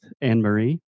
Anne-Marie